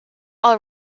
all